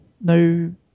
No